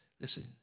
Listen